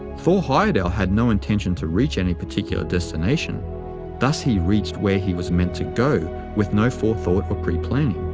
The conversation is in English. thor heyerdahl had no intention to reach any particular destination thus he reached where he was meant to go with no forethought or preplanning.